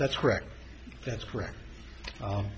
that's correct that's correct